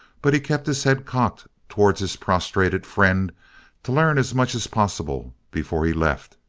but he kept his head cocked towards his prostrated friend to learn as much as possible before he left.